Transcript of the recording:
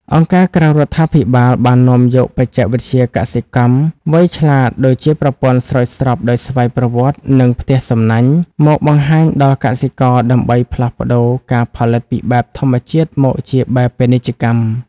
អង្គការក្រៅរដ្ឋាភិបាលបាននាំយកបច្ចេកវិទ្យាកសិកម្មវៃឆ្លាត ដូចជាប្រព័ន្ធស្រោចស្រពដោយស្វ័យប្រវត្តិ និងផ្ទះសំណាញ់មកបង្ហាញដល់កសិករ ដើម្បីផ្លាស់ប្តូរការផលិតពីបែបធម្មជាតិមកជាបែបពាណិជ្ជកម្ម។